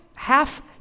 Half